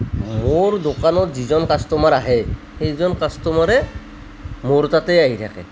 মোৰ দোকানত যিজন কাষ্টমাৰ আহে সেইজন কাষ্টমাৰে মোৰ তাতেই আহি থাকে